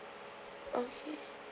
okay